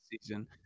season